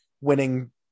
winning